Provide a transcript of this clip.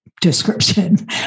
description